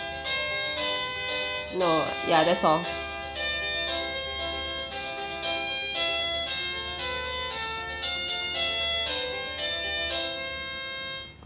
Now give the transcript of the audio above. no ya that's all